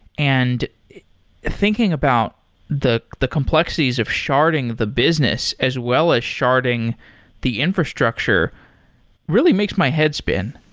and thinking about the the complexities of sharding the business as well as sharding the infrastructure really makes my head spin.